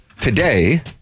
today